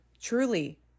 truly